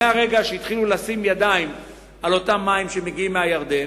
מרגע שהתחילו לשים ידיים על אותם מים שמגיעים מהירדן,